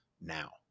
now